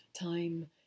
time